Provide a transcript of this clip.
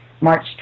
March